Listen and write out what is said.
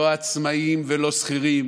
לא עצמאים ולא שכירים.